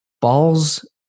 balls